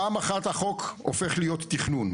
פעם אחת החוק הופך להיות תכנון.